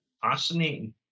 fascinating